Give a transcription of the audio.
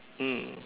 mm